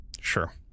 Sure